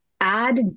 add